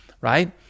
Right